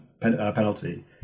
penalty